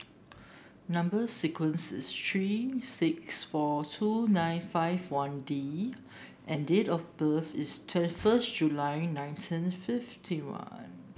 number sequence is three six four two nine five one D and date of birth is twenty first July nineteen fifty one